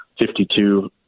52